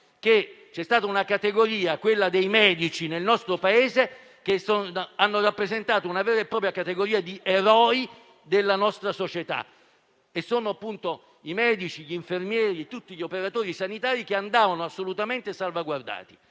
ricordato molto bene - che i medici nel nostro Paese hanno rappresentato una vera e propria categoria di eroi della nostra società. Sono appunto i medici, gli infermieri e tutti gli operatori sanitari, che andavano assolutamente salvaguardati,